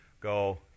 go